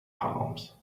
palms